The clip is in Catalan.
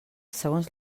segons